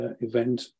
event